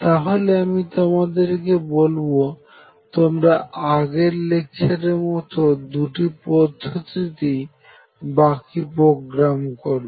তাহলে আমি তোমাদের কে বলবো তোমরা আগের লেকচারের মতো দুটি পদ্ধতিতেই বাকি প্রোগ্রাম করবে